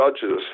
judge's